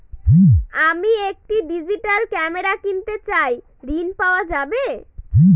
আমি একটি digital camera কিনতে চাই ঝণ পাওয়া যাবে?